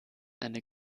eine